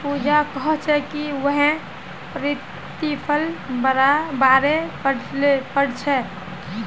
पूजा कोहछे कि वहियं प्रतिफलेर बारे पढ़ छे